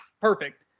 perfect